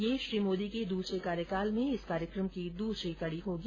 यह श्री मोदी के दूसरे कार्यकाल में इस कार्यक्रम की दूसरी कड़ी होगी